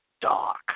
dark